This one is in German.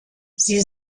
sie